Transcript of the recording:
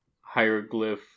hieroglyph